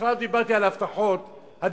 בכלל לא דיברתי על ההבטחות הביטחוניות,